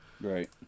right